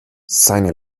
seine